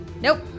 Nope